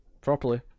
properly